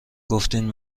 گفتین